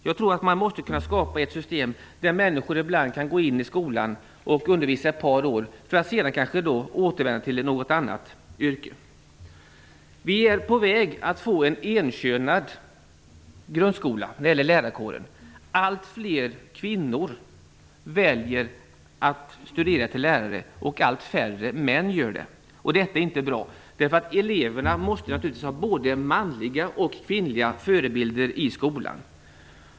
Jag tror att man måste kunna skapa ett system, där människor kan undervisa i skolan under ett par för år att sedan kanske återvända till något annat yrke. Vi är på väg att få en enkönad grundskola när det gäller lärarkåren. Allt fler kvinnor väljer att studera till lärare medan allt färre män gör det. Detta är inte bra. Eleverna måste naturligtvis ha både manliga och kvinnliga förebilder i skolan.